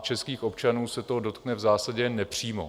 Českých občanů se to dotkne v zásadě jen nepřímo.